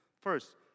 First